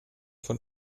von